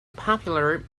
popular